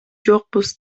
жокпуз